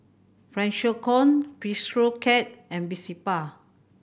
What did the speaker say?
Freshkon Bistro Cat and Vespa